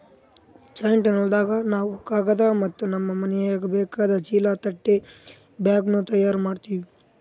jute ನೂಲ್ದಾಗ್ ನಾವ್ ಕಾಗದ್ ಮತ್ತ್ ನಮ್ಮ್ ಮನಿಗ್ ಬೇಕಾದ್ ಚೀಲಾ ತಟ್ ಬ್ಯಾಗ್ನು ತಯಾರ್ ಮಾಡ್ತೀವಿ